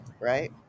right